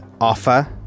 offer